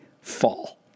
fall